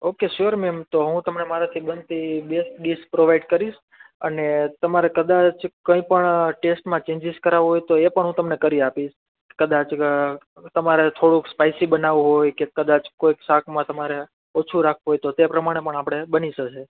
okay sure ma'am તો હું તમને મારાથી બનતી બેસ્ટ ડિશ પ્રોવાઈડ કરીશ અને તમારે કદાચ કઈ પણ ટેસ્ટમાં ચેંજીસ કરાવા હોય તો એ પણ તમને હુ કરી આપીશ કદાચ તમારે થોડું સ્પાયસી બનાવું હોય કદાચ કોઈક શાકમાં તમારે ઓછું રાખવું હોય તો તે પ્રમાણે પણ આપડે બની જશે